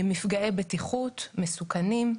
מפגעי בטיחות, מסוכנים,